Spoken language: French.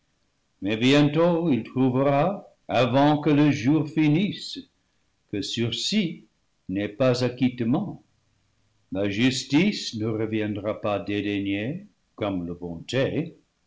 mais bientôt il trouvera avant que le jour finisse que sursis n'est pas ac quittement la justice ne reviendra pas dédaignée comme la bonté